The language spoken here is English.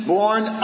born